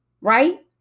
right